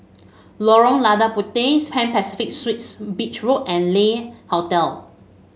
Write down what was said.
Lorong Lada Puteh Pan Pacific Suites Beach Road and Le Hotel